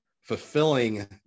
fulfilling